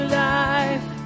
life